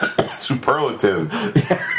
superlative